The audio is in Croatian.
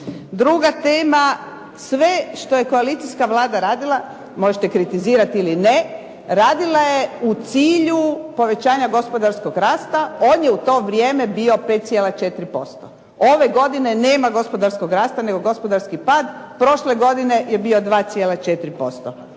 Druga tema, sve što je koalicijska vlada radila možete kritizirati ili ne, radila je u cilju povećanja gospodarskog rasta. On je u to vrijeme bio 5,4%. Ove godine nema gospodarskog rasta, nego gospodarski pad. Prošle godine je bio 2,4%.